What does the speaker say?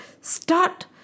Start